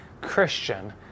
Christian